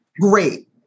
Great